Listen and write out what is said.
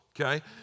Okay